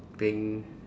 playing